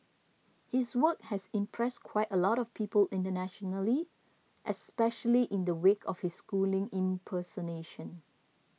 his work has impressed quite a lot of people internationally especially in the wake of his schooling impersonation